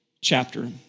chapter